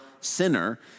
sinner